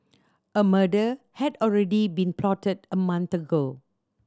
a murder had already been plotted a month ago